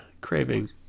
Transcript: craving